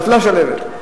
נפלה שלהבת.